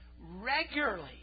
regularly